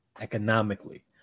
economically